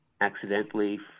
accidentally